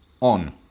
on